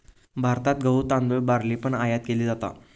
भारतात गहु, तांदुळ, बार्ली पण आयात केली जाता